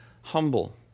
humble